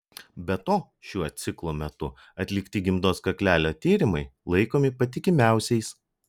be to šiuo ciklo metu atlikti gimdos kaklelio tyrimai laikomi patikimiausiais